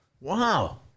Wow